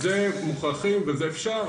אז זה מוכרחים, וזה אפשר.